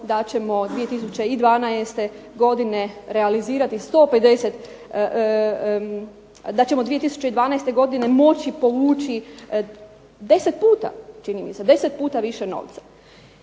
da ćemo 2012. godine moći povući 10 puta, čini